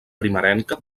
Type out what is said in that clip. primerenca